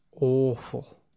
awful